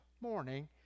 morning